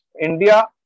India